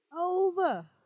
over